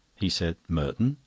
he said merton?